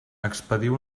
expediu